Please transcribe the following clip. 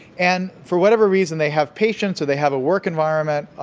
and for whatever reason, they have patience or they have a work environment,